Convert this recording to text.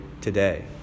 today